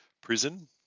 prison